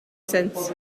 since